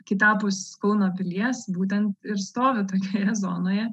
kitapus kauno pilies būtent ir stovi tokioje zonoje